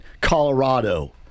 Colorado